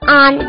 on